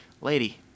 lady